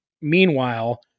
Meanwhile